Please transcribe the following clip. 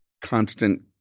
constant